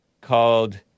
called